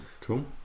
cool